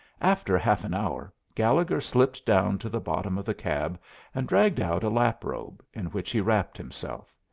after half an hour gallegher slipped down to the bottom of the cab and dragged out a lap-robe, in which he wrapped himself.